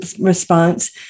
response